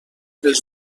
els